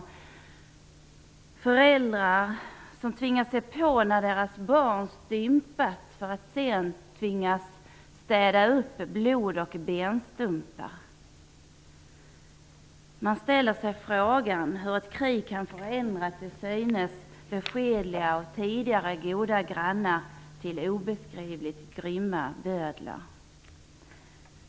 Föräldrar tvingades se på när deras barn stympades för att sedan städa upp blod och benstumpar. Man ställer sig frågan hur ett krig kan förändra till synes beskedliga och tidigare goda grannar till obeskrivligt grymma bödlar.